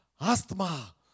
asthma